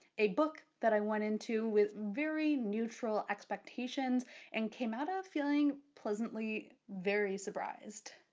a book that i went into with very neutral expectations and came out of feeling pleasantly very surprised.